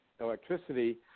electricity –